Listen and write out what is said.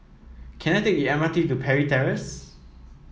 can I take the M R T to Parry Terrace